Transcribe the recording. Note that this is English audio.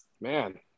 Man